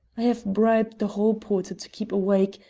i have bribed the hall-porter to keep awake,